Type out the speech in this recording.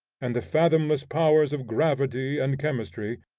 and the fathomless powers of gravity and chemistry,